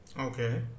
Okay